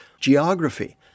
geography